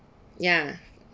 ya